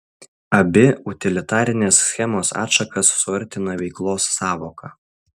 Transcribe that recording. abi utilitarinės schemos atšakas suartina veiklos sąvoka